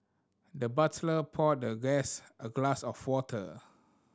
the butler poured the guest a glass of water